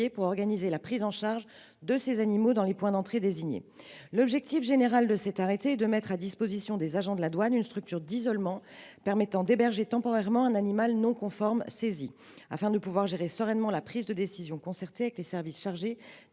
pour organiser la prise en charge de ces animaux dans les points d’entrée désignés. L’objectif général de cet arrêté est de mettre à disposition des agents de la douane une structure d’isolement permettant d’héberger temporairement un animal non conforme saisi, afin de pouvoir gérer sereinement la prise de décision concertée avec les services chargés